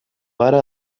gara